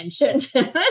mentioned